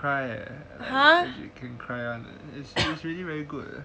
I cry eh can cry [one] leh it's actually very good